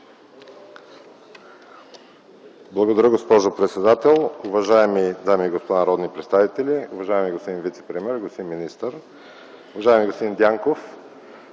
Благодаря, госпожо председател. Уважаеми дами и господа народни представители, уважаеми господин вицепремиер, господин министър! Уважаеми господин Дянков,